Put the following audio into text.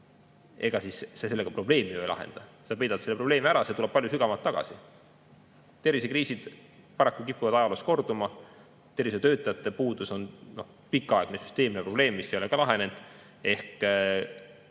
tegemata, sa ju probleemi ei lahenda. Sa peidad selle probleemi ära, aga see tuleb palju sügavamalt tagasi. Tervisekriisid paraku kipuvad ajaloos korduma. Tervisetöötajate puudus on pikaaegne ja süsteemne probleem, mis ei ole ka lahenenud. Kui